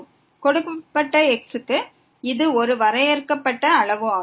கொடுக்கப்பட்ட x க்கு இது ஒரு வரையறுக்கப்பட்ட அளவு இருக்கும்